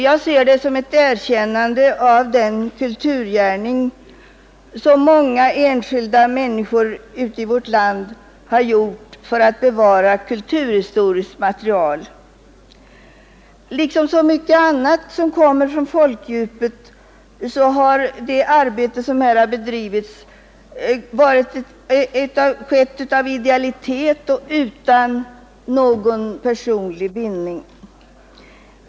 Jag ser detta som ett erkännande av den kulturgärning som många enskilda människor ute i vårt land har utfört för att bevara kulturhistoriskt material. Liksom så mycket annat som kommer från folkdjupet har det arbetet bedrivits av idealitet och utan någon personlig vinning.